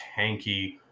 tanky